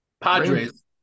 Padres